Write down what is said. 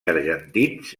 argentins